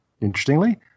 Interestingly